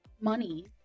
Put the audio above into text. money